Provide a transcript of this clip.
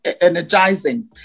energizing